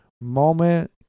moment